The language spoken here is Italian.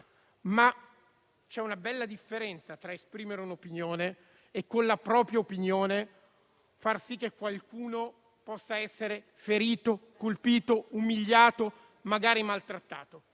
ma c'è una bella differenza tra esprimere un'opinione e, con la propria opinione, far sì che qualcuno possa essere ferito, colpito, umiliato e magari maltrattato.